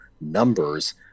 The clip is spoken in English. numbers